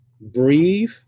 Breathe